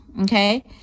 Okay